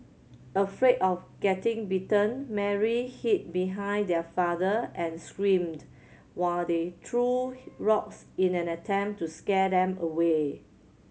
afraid of getting bitten Mary hid behind their father and screamed while they threw rocks in an attempt to scare them away